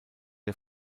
der